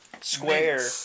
square